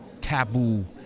taboo